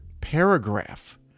paragraph